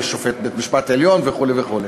יש שופט בית-משפט עליון וכו' וכו'.